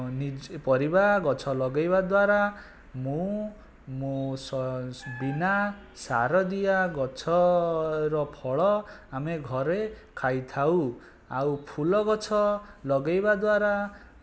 ନିଜେ ପରିବା ଗଛ ଲଗେଇବା ଦ୍ୱାରା ମୁଁ ମୁଁ ବିନା ସାର ଦିଆ ଗଛର ଫଳ ଆମେ ଘରେ ଖାଇଥାଉ ଆଉ ଫୁଲ ଗଛ ଲଗେଇବା ଦ୍ୱାରା